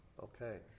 Okay